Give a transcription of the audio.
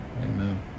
Amen